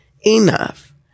enough